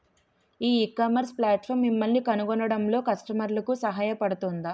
ఈ ecommerce platform మిమ్మల్ని కనుగొనడంలో కస్టమర్లకు సహాయపడుతుందా?